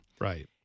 Right